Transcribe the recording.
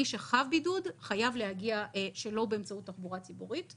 מי שחב בידוד חייב להגיע שלא באמצעות תחבורה ציבורית,